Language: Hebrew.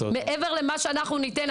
מעבר למה שאנחנו ניתן,